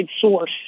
source